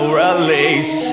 release